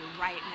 right